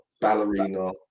ballerina